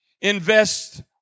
invest